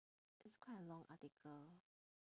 it's quite a long article